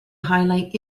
highlight